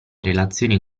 relazioni